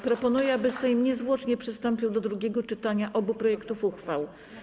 Proponuję, aby Sejm niezwłocznie przystąpił do drugiego czytania obu projektów uchwał.